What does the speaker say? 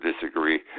disagree